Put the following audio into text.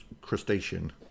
crustacean